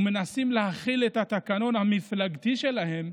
הם מנסים להחיל את התקנון המפלגתי שלהם,